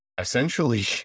essentially